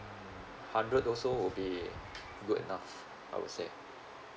hundred also would be good enough I would say